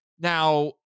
Now